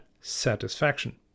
satisfaction